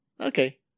Okay